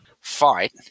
fight